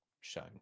shown